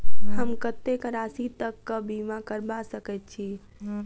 हम कत्तेक राशि तकक बीमा करबा सकैत छी?